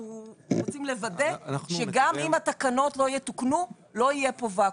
רוצים לוודא שגם אם התקנות לא יתוקנו לא יהיה פה ואקום.